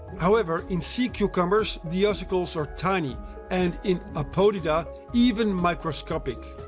however, in sea cucumbers, the ossicles are tiny and in apodida even microscopic.